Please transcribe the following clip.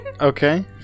Okay